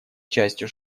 частью